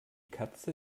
katze